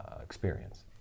experience